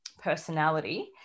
personality